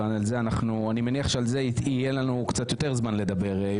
אני מניח שיהיה לנו קצת יותר זמן לדבר על זה,